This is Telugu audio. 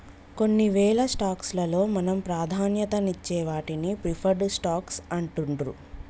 కొన్నివేల స్టాక్స్ లలో మనం ప్రాధాన్యతనిచ్చే వాటిని ప్రిఫర్డ్ స్టాక్స్ అంటుండ్రు